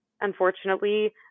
Unfortunately